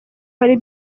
hari